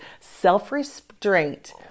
self-restraint